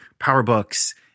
PowerBooks